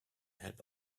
had